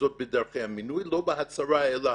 לא בהצהרה, אלא